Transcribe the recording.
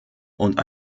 und